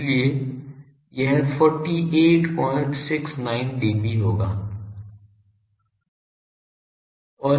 इसलिए यह 4869 dB हो जाता है